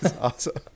awesome